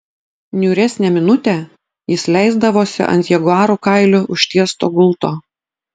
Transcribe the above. niūresnę minutę jis leisdavosi ant jaguarų kailiu užtiesto gulto